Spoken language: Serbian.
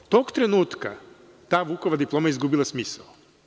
Tog trenutka ta Vukova diploma je izgubila smisao.